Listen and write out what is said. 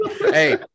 Hey